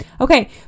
okay